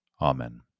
Amen